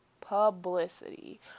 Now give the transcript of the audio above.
Publicity